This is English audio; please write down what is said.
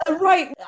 right